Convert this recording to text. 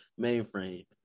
mainframe